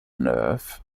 nerve